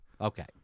Okay